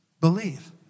believe